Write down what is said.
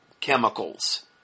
chemicals